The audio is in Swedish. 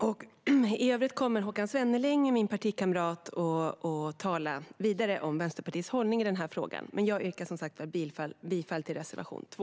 Min partikamrat Håkan Svenneling kommer att tala vidare om Vänsterpartiets hållning i denna fråga. Jag yrkar som sagt bifall till reservation 2.